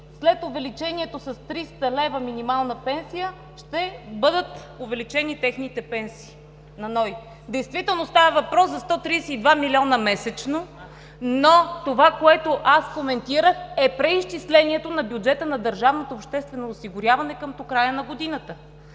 след увеличението с 300 лв. минимална пенсия ще бъдат увеличени пенсиите. Действително става въпрос за 132 милиона месечно, но това, което аз коментирах, е преизчислението на бюджета на държавното обществено осигуряване към края на годината.